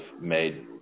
made